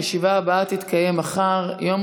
הישיבה הבאה תתקיים מחר,